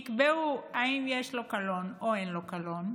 ויקבעו אם יש לו קלון או אין לו קלון,